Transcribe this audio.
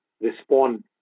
Respond